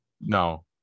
No